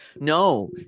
No